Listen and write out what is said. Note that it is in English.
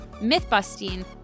myth-busting